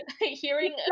hearing